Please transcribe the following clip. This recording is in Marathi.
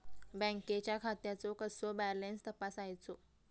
बँकेच्या खात्याचो कसो बॅलन्स तपासायचो?